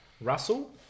Russell